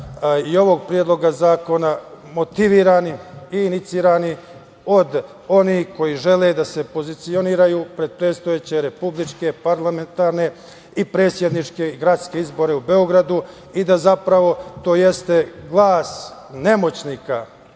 i ovog predloga zakona, motivisani i inicirani od onih koji žele da se pozicioniraju pred predstojeće republičke, parlamentarne i predsedničke i gradske izbore u Beogradu i da zapravo to jeste glas nemoćnika,